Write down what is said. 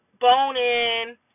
bone-in